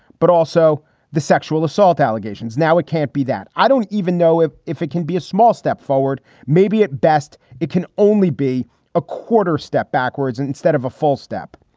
but also the sexual assault allegations. now, it can't be that. i don't even know if if it can be a small step forward. maybe at best it can only be a quarter step backwards. and instead of a full step,